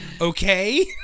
Okay